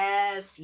Yes